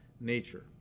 nature